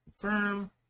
Confirm